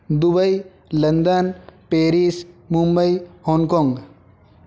Dubai London Paris Mumbai Hong Kong